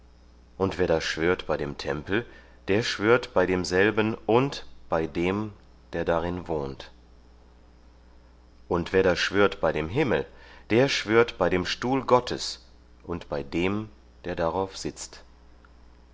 und wer da schwört bei dem tempel der schwört bei demselben und bei dem der darin wohnt und wer da schwört bei dem himmel der schwört bei dem stuhl gottes und bei dem der darauf sitzt